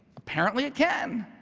apparently it can,